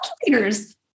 calculators